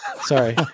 Sorry